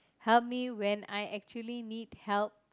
help me when I actually need help